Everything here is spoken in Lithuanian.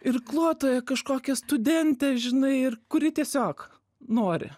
irkluotoją kažkokią studentę žinai ir kuri tiesiog nori